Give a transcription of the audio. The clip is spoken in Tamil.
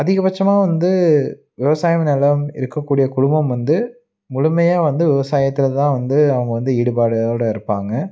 அதிகப்பட்சமாக வந்து விவசாயம் நிலம் இருக்கக்கூடிய குடும்பம் வந்து முழுமையாக வந்து விவசாயத்தில் தான் வந்து அவங்க வந்து ஈடுபாடோடு இருப்பாங்க